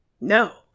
No